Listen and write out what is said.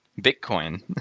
Bitcoin